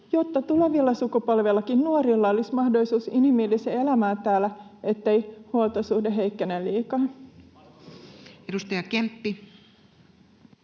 jotta tulevillakin sukupolvilla, nuorilla, olisi mahdollisuus inhimilliseen elämään täällä, ettei huoltosuhde heikkene likaa. Edustaja Kemppi.